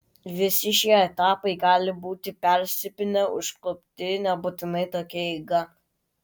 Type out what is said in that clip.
visi šie etapai gali būti persipynę užklupti nebūtinai tokia eiga